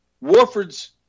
Warford's